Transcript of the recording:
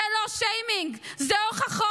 זה לא שיימינג, זה הוכחות,